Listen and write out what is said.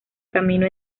camino